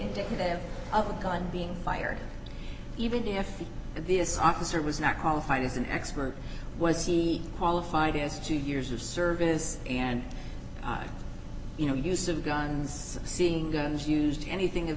indicative of a gun being fired even if this officer was not qualified as an expert was he qualified is two years of service and you know use of guns seeing guns used anything of